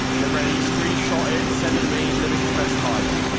get ready screenshot it send it to me living his best life.